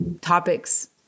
topics